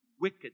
wicked